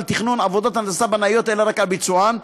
תכנון עבודות הנדסה בנאיות אלא רק על ביצוען,